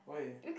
why